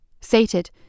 Sated